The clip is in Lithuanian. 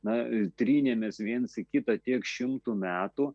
na trynėmės viens į kitą tiek šiltų metų